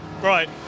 Right